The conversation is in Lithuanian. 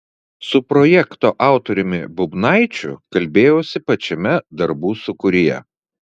su projekto autoriumi bubnaičiu kalbėjausi pačiame darbų sūkuryje